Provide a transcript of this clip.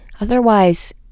Otherwise